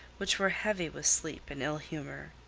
which were heavy with sleep and ill humor.